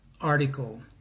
article